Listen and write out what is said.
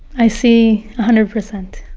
i see a hundred percent